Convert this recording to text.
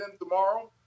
tomorrow